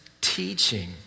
teaching